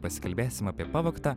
pasikalbėsim apie pavogtą